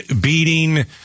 beating